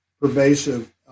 pervasive